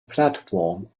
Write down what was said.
platform